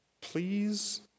please